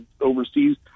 overseas –